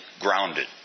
grounded